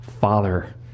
Father